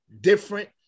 different